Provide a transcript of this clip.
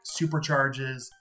supercharges